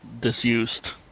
disused